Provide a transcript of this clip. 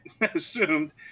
assumed